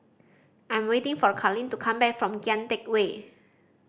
I'm waiting for Karlene to come back from Kian Teck Way